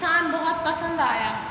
स्थान बहुत पसंद आया